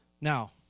Now